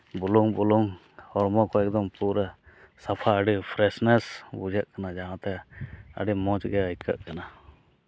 ᱵᱩᱞᱩᱝ ᱵᱩᱞᱩᱝ ᱦᱚᱲᱢᱚ ᱠᱚ ᱮᱠᱫᱚᱢ ᱯᱩᱨᱟᱹ ᱥᱟᱯᱷᱟ ᱟᱹᱰᱤ ᱯᱷᱨᱮᱹᱥᱱᱮᱹᱥ ᱵᱩᱡᱷᱟᱹᱜ ᱠᱟᱱᱟ ᱡᱟᱦᱟᱸ ᱛᱮ ᱟᱹᱰᱤ ᱢᱚᱡᱽ ᱜᱮ ᱟᱹᱭᱠᱟᱹᱜ ᱠᱟᱱᱟ